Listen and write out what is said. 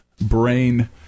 brain